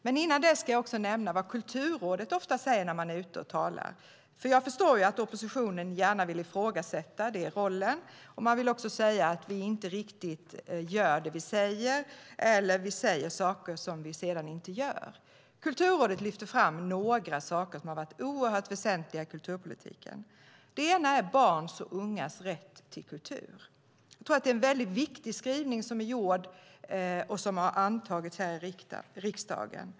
Men innan dess ska jag nämna vad Kulturrådet ofta säger när man är ute och talar. Jag förstår ju att oppositionen gärna vill ifrågasätta den rollen, och man vill också säga att vi inte riktigt gör det vi säger eller säger saker som vi sedan inte gör. Kulturrådet lyfter fram några saker som har varit oerhört väsentliga i kulturpolitiken. Det ena är barns och ungas rätt till kultur. Det är en mycket viktig skrivning som har gjorts och som har antagits här i riksdagen.